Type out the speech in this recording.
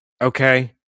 Okay